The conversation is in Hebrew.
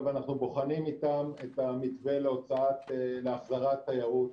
אנחנו בוחנים איתם את המתווה להחזרת תיירות.